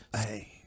Hey